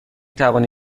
توانی